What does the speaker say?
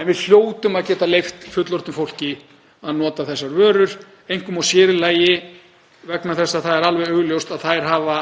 En við hljótum að geta leyft fullorðnu fólki að nota þessar vörur, einkum og sér í lagi vegna þess að það er alveg augljóst að þær hafa